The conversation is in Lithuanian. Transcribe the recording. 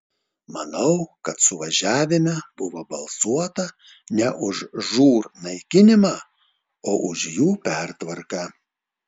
manau kad suvažiavime buvo balsuota ne už žūr naikinimą o už jų pertvarką